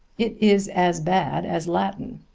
it is as bad as latin.